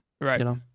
Right